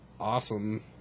awesome